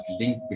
link